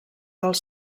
dels